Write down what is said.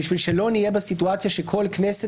בשביל שלא נהיה בסיטואציה שבכל כנסת